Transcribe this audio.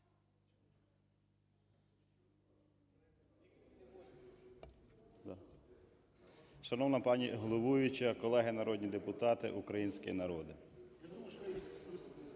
Шановна пані головуюча, колеги народні депутати, український народе!